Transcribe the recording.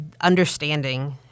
understanding